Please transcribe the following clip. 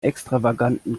extravaganten